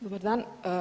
Dobar dan.